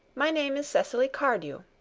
my name is cecily cardew.